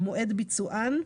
מועד ביצוען,